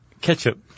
Ketchup